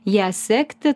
ją sekti